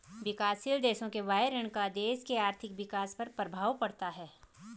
विकासशील देशों के बाह्य ऋण का देश के आर्थिक विकास पर प्रभाव पड़ता है